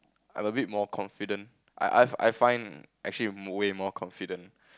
I'm a bit more confident I I've I find actually way more confident